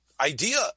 idea